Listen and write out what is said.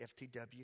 FTW